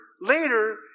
later